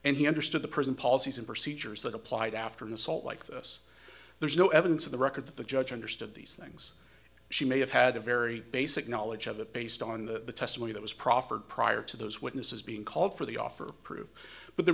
and he understood the prison policies and procedures that applied after an assault like this there's no evidence of the record that the judge understood these things she may have had a very basic knowledge of it based on the testimony that was proffered prior to those witnesses being called for the offer proof but there